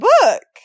book